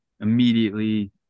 immediately